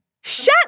shut